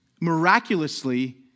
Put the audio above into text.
miraculously